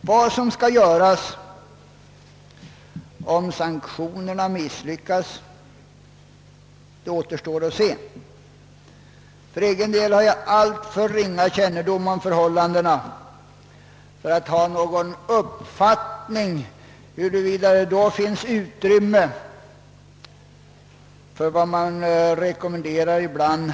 Vad som skall göras om sanktionerna misslyckas återstår att se. För egen del har jag alltför ringa kännedom om förhållandena för att bilda mig någon uppfattning, huruvida det då finns något utrymme för vad som ibland rekommenderas,